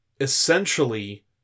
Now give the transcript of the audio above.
Essentially